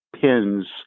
pins